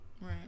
Right